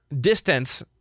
distance